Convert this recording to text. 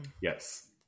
yes